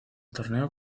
torneo